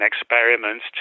experiments